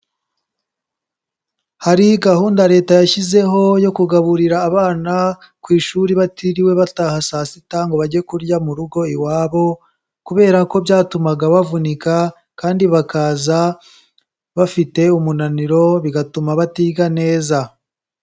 Hari gahunda leta yashyizeho yo kugaburira abana ku ishuri, batiriwe bataha saa sita ngo bajye kurya mu rugo iwabo, kubera ko byatumaga bavunika kandi bakaza bafite umunaniro bigatuma batiga neza.